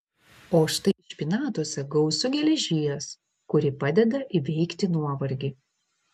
o štai špinatuose gausu geležies kuri padeda įveikti nuovargį